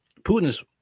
Putin's